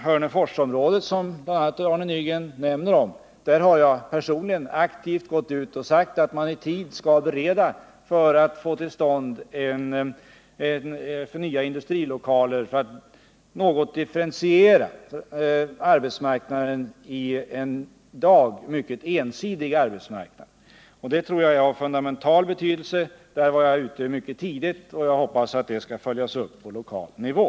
Hörneforsområdet, som Arne Nygren nämnde, har jag personligen aktivt gått ut och sagt att man skall göra förberedelser för att få nya lokaler för att något differentiera i en i dag mycket ensidig arbetsmarknad. Det tror jag har fundamental betydelse. Där var jag ute mycket tidigt, och jag hoppas att det skall följas upp på lokal nivå.